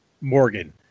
Morgan